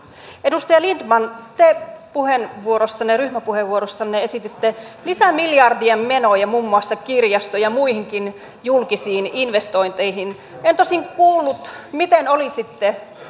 edustaja lindtman te ryhmäpuheenvuorossanne ryhmäpuheenvuorossanne esititte lisämiljardien menoja muun muassa kirjasto ja muihinkin julkisiin investointeihin en tosin kuullut miten olisitte